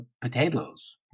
potatoes